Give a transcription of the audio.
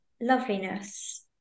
loveliness